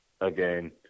again